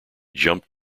jumped